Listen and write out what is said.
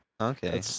Okay